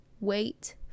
wait